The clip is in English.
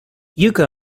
yucca